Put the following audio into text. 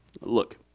Look